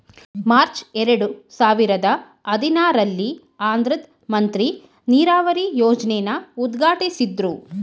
March ಎರಡು ಸಾವಿರದ ಹದಿನಾರಲ್ಲಿ ಆಂಧ್ರದ್ ಮಂತ್ರಿ ನೀರಾವರಿ ಯೋಜ್ನೆನ ಉದ್ಘಾಟ್ಟಿಸಿದ್ರು